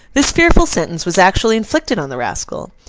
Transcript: this fearful sentence was actually inflicted on the rascal.